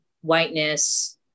whiteness